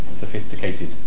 sophisticated